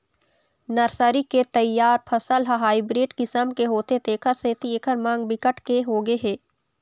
nursery के तइयार फसल ह हाइब्रिड किसम के होथे तेखर सेती एखर मांग बिकट के होगे हे